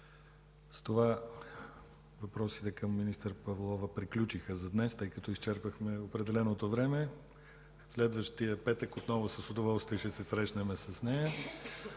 С това въпросите към министър Павлова приключиха за днес, тъй като изчерпахме определеното време. Следващият петък отново с удоволствие ще се срещнем с нея.